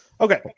Okay